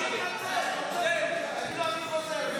תחזור בך.